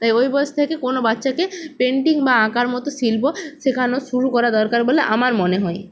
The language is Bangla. তাই ওই বয়স থেকে কোনো বাচ্চাকে পেন্টিং বা আঁকার মতো শিল্প শেখানো শুরু করা দরকার বলে আমার মনে হয়